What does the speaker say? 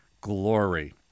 glory